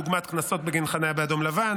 דוגמת קנסות בגין חניה באדום-לבן,